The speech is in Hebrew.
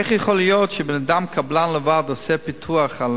איך יכול להיות שקבלן לבד עושה פיתוח על